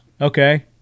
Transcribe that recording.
Okay